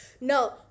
No